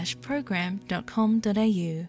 program.com.au